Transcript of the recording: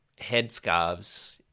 headscarves